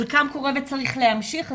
חלקם קורה וצריך להמשיך.